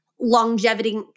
longevity